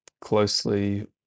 closely